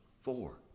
four